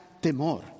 temor